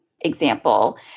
example